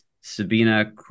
Sabina